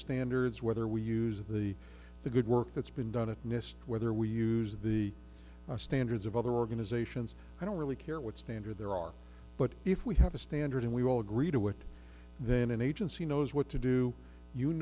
standards whether we use the the good work that's been done at nist whether we use the standards of other organizations i don't really care what standard there are but if we have a standard and we all agree to it then an agency knows what to do you